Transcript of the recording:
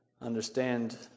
understand